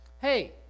hey